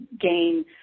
gain